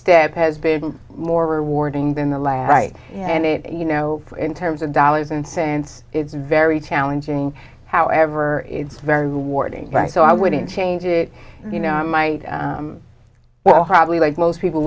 step has been more rewarding than the last right and it you know in terms of dollars and since it's very challenging however it's very rewarding right so i wouldn't change it you know in my well probably like most people